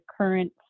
current